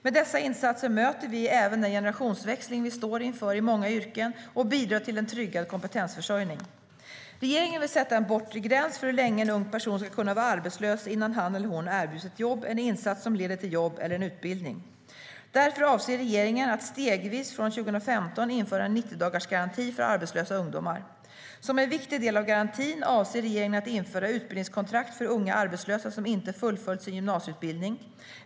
Med dessa insatser möter vi även den generationsväxling vi står inför i många yrken och bidrar till en tryggad kompetensförsörjning. Regeringen vill sätta en bortre gräns för hur länge en ung person ska kunna vara arbetslös innan han eller hon erbjuds ett jobb, en insats som leder till jobb eller en utbildning. Därför avser regeringen att, stegvis från 2015, införa en 90-dagarsgaranti för arbetslösa ungdomar. Som en viktig del av garantin avser regeringen att införa utbildningskontrakt för unga arbetslösa som inte fullföljt sin gymnasieutbildning.